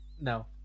No